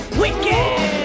wicked